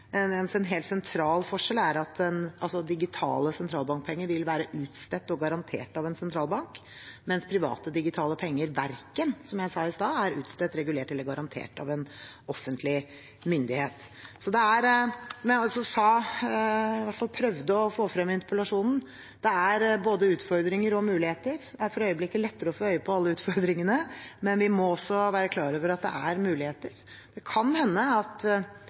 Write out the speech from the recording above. En helt sentral forskjell er at digitale sentralbankpenger vil være utstedt og garantert av en sentralbank, mens private digitale penger, som jeg sa i stad, verken er utstedt, regulert eller garantert av en offentlig myndighet. Som jeg i hvert fall prøvde å få frem i hovedsvaret på interpellasjonen, er det altså både utfordringer og muligheter. Det er for øyeblikket lettere å få øye på alle utfordringene, men vi må også være klar over at det er muligheter. Det kan hende at